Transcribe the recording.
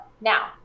now